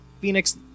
Phoenix